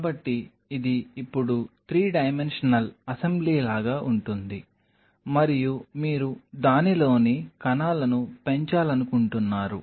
కాబట్టి ఇది ఇప్పుడు 3 డైమెన్షనల్ అసెంబ్లీ లాగా ఉంటుంది మరియు మీరు దానిలోని కణాలను పెంచాలనుకుంటున్నారు